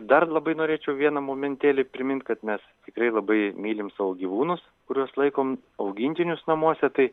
dar labai norėčiau vieną momentėlį primint kad mes tikrai labai mylim savo gyvūnus kuriuos laikom augintinius namuose tai